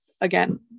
again